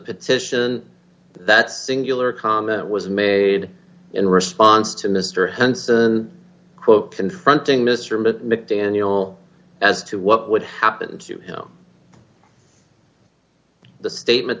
petition that singular comment was made in response to mr henson quote confronting mr mitt mcdaniel as to what would happen you know the statement